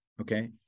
Okay